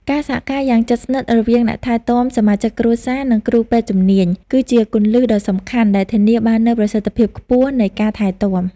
ការសហការយ៉ាងជិតស្និទ្ធរវាងអ្នកថែទាំ សមាជិកគ្រួសារ និងគ្រូពេទ្យជំនាញ គឺជាគន្លឹះដ៏សំខាន់ដែលធានាបាននូវប្រសិទ្ធភាពខ្ពស់នៃការថែទាំ។